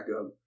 up